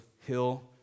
hill